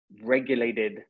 regulated